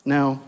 Now